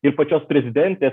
ir pačios prezidentės